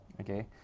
okay